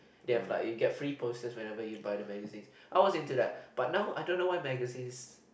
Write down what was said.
you have like you get free posters whenever you buy the magazines I was into that but now I don't know why magazines